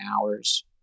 hours